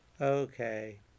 Okay